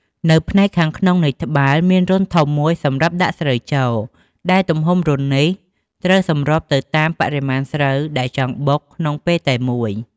នៅផ្នែកខាងក្នុងនៃត្បាល់ មានរន្ធធំមួយសម្រាប់ដាក់ស្រូវចូល ដែលទំហំរន្ធនេះត្រូវសម្របទៅតាមបរិមាណស្រូវដែលចង់បុកក្នុងពេលតែមួយ។